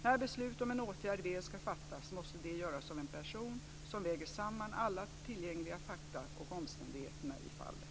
När beslut om en åtgärd väl ska fattas måste detta göras av en person som väger samman alla tillgängliga fakta och omständigheter i fallet.